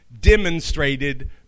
demonstrated